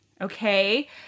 okay